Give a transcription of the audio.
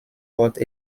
forte